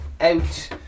out